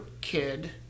kid